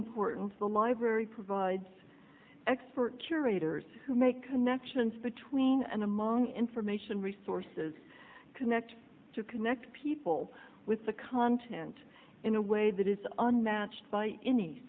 important the library provides expert curators who make connections between and among information resources connect to connect people with the content in a way that is unmatch